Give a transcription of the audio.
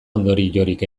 ondoriorik